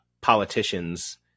politicians